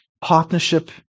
Partnership